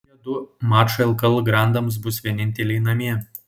šie du mačai lkl grandams bus vieninteliai namie